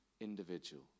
individual